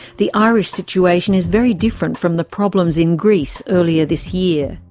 the irish situation is very different from the problems in greece earlier this year.